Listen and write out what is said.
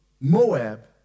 Moab